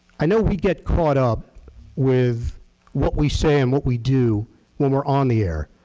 i know we get caught up with what we say and what we do when we're on the air,